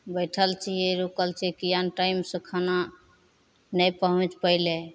बैठल छिए रुकल छिए किएक नहि टाइमसे खाना नहि पहुँचि पएलै